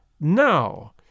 Now